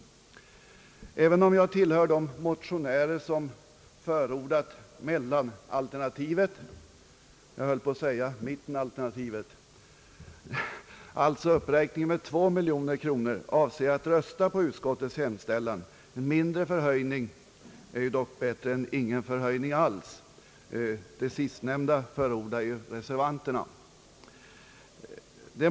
Även om jag tillhör de motionärer som förordat mellanalternativet — jag kanske skulle kunna säga mittenalternativet — som alltså innebär en uppräkning av anslaget med 2 miljoner kronor, avser jag att rösta på utskottets förslag. Någon ökning är dock bättre än ingen ökning alls; reservanterna förordar ju det sistnämnda.